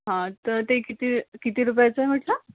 हा तर ते किती किती रुपयाचं आहे म्हटलं